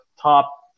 top